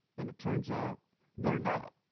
and it turns out they're not.